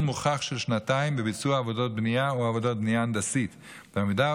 מוכח של שנתיים בביצוע עבודות בנייה או עבודת בנייה הנדסית ועמידה